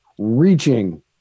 reaching